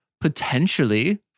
potentially